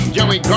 Joey